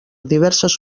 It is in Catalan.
diverses